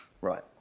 Right